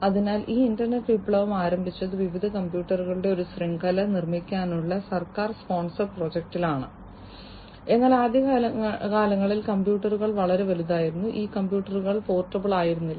അതിനാൽ ഈ ഇന്റർനെറ്റ് വിപ്ലവം ആരംഭിച്ചത് വിവിധ കമ്പ്യൂട്ടറുകളുടെ ഒരു ശൃംഖല നിർമ്മിക്കാനുള്ള സർക്കാർ സ്പോൺസർ പ്രോജക്റ്റിലാണ് എന്നാൽ ആദ്യകാലങ്ങളിൽ കമ്പ്യൂട്ടറുകൾ വളരെ വലുതായിരുന്നു ഈ കമ്പ്യൂട്ടറുകൾ പോർട്ടബിൾ ആയിരുന്നില്ല